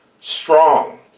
strong